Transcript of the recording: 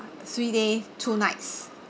three day two nights